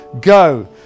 Go